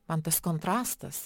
man tas kontrastas